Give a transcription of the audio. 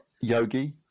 Yogi